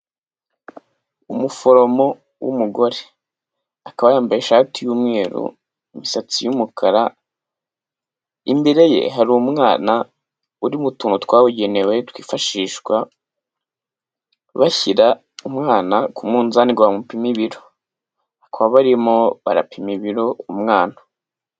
Umuforomo w'umugore akaba yambaye ishati y'umweru, imisatsi y'umukara, imbere ye hari umwana uri mu tuntu twabugenewe twifashishwa bashyira umwana ku munzani ngo bamupime ibiro, bakaba barimo barapima ibiro umwana.